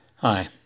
Hi